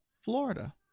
Florida